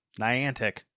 Niantic